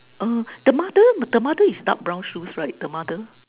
err the mother the mother is dark brown shoes right the mother